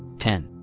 ten.